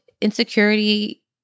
insecurity